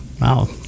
Wow